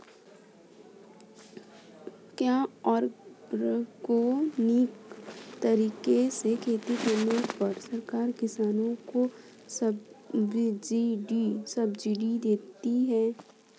क्या ऑर्गेनिक तरीके से खेती करने पर सरकार किसानों को सब्सिडी देती है?